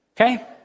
okay